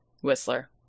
Whistler